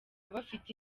bafite